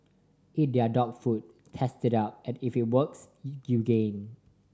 eat their dog food test it out and if it works you gain